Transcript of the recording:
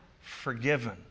forgiven